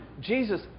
Jesus